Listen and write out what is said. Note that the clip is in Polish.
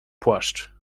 płaszcz